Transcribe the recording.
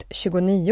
29